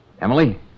Emily